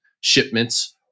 shipments